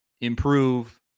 improve